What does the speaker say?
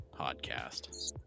podcast